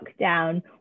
lockdown